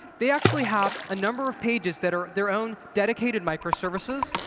they actually have a number of pages that are their own dedicated micro-services,